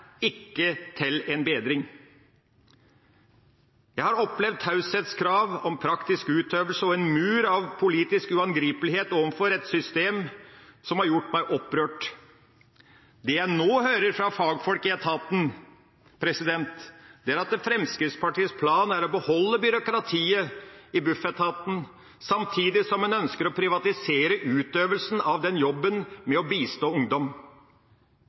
en bedring. Jeg har opplevd taushetskrav om praktisk utøvelse og en mur av politisk uangripelighet overfor et system som har gjort meg opprørt. Det jeg nå hører fra fagfolk i etaten, er at Fremskrittspartiets plan er å beholde byråkratiet i Bufetat samtidig som en ønsker å privatisere utøvelsen av jobben med å bistå ungdom.